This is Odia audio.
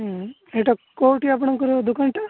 ହୁଁ ଏଇଟା କୋଉଠି ଆପଣଙ୍କର ଦୋକାନ ଟା